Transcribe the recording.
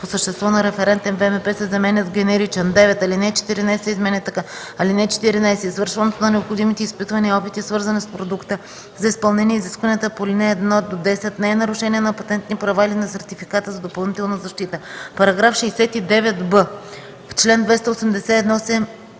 по същество на референтен ВМП” се заменят с „генеричен”. 9. Алинея 14 се изменя така: „(14) Извършването на необходимите изпитвания и опити, свързани с продукта, за изпълнение изискванията по ал. 1 - 10 не е нарушение на патентни права или на сертификата за допълнителна защита.” § 69б. В чл. 281